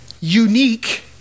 unique